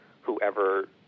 whoever